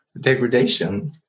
degradation